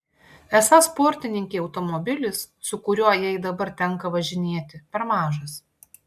esą sportininkei automobilis su kuriuo jai dabar tenka važinėti per mažas